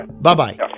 Bye-bye